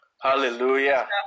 hallelujah